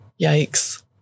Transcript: Yikes